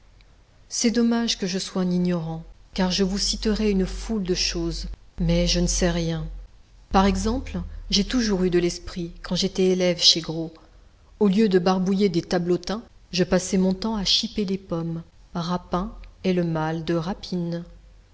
c'est dommage que je sois un ignorant car je vous citerais une foule de choses mais je ne sais rien par exemple j'ai toujours eu de l'esprit quand j'étais élève chez gros au lieu de barbouiller des tableautins je passais mon temps à chiper des pommes rapin est le mâle de rapine